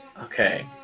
Okay